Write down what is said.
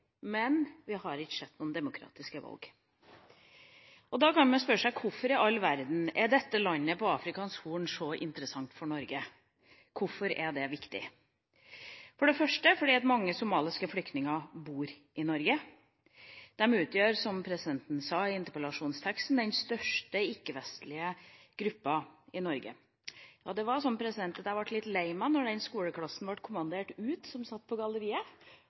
men vi har ikke sett noen demokratiske valg. Da kan man spørre seg: Hvorfor i all verden er dette landet på Afrikas Horn så interessant for Norge? Hvorfor er det viktig? For det første er det fordi mange somaliske flyktninger bor i Norge. De utgjør, som presidenten leste fra interpellasjonsteksten, den største ikke-vestlige gruppa i Norge. Jeg ble litt lei meg da den skoleklassen som satt på galleriet, ble kommandert ut, for vi så at det var flere elever der som